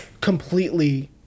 completely